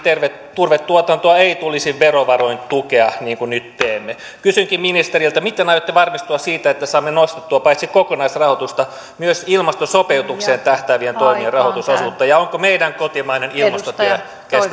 turvetuotantoa ei tulisi verovaroin tukea niin kuin nyt teemme kysynkin ministeriltä miten aiotte varmistua siitä että saamme nostettua paitsi kokonaisrahoitusta myös ilmastosopeutukseen tähtäävien toimien rahoitusosuutta ja onko meidän kotimainen ilmastotyömme kestävällä